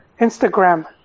Instagram